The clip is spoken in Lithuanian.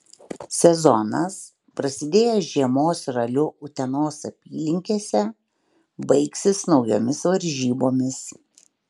sezonas prasidėjęs žiemos raliu utenos apylinkėse baigsis naujomis varžybomis